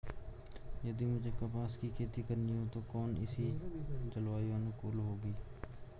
यदि मुझे कपास की खेती करनी है तो कौन इसी जलवायु अनुकूल होगी?